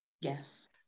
yes